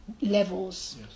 levels